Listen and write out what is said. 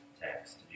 text